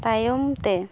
ᱛᱟᱭᱚᱢᱛᱮ